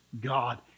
God